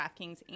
DraftKings